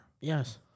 Yes